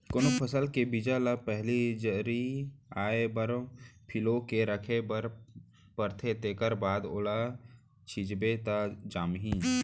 कोनो फसल के बीजा ल पहिली जरई आए बर फिलो के राखे बर परथे तेखर बाद ओला छिंचबे त जामही